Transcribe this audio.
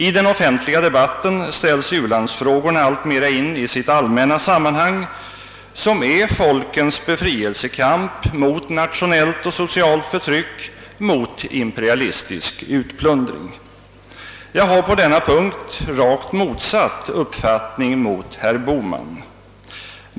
I den offentliga debatten ställs u landsfrågorna alltmer in i sitt allmänna sammanhang, som är folkens befrielsekamp mot nationellt och socialt förtryck, mot imperialistisk utplundring. Jag har på denna punkt rakt motsatt uppfattning mot herr Bohman.